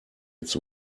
its